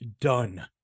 done